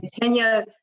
Tanya